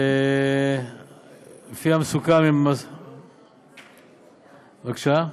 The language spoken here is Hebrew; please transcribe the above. ולפי המסוכם עם, בבקשה?